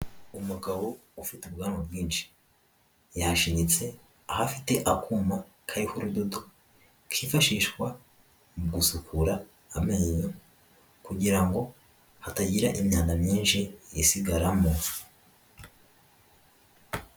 Umugabo ufite ubwanwa bwinshi, yashinyitse, aho afite akuma kariho urudodo, kifashishwa mu gusukura amenyo, kugira ngo hatagira imyanda myinshi yisigaramo.